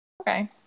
Okay